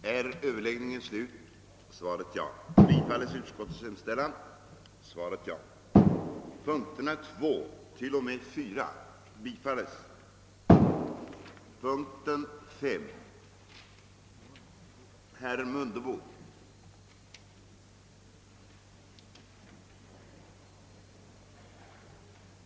vid även beakta angelägenheten av utbyggd hälsokontroll och medicinsk upplysning.